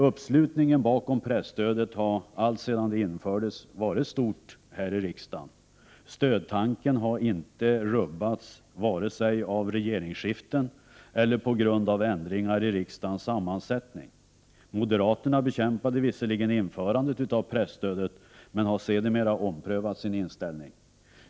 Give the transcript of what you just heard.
Uppslutningen bakom presstödet har alltsedan det infördes varit stor här i riksdagen. Stödtanken har inte rubbats vare sig av regeringsskiften eller av ändringar i riksdagens sammansättning. Moderaterna bekämpade visserligen införandet av presstödet men har sedermera omprövat sin inställning.